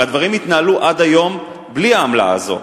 הרי הדברים התנהלו עד היום בלי העמלה הזו,